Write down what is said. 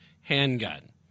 handgun